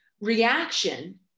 reaction